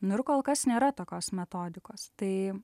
nu ir kol kas nėra tokios metodikos tai